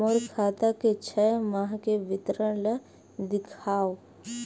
मोर खाता के छः माह के विवरण ल दिखाव?